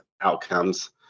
outcomes